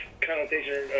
connotation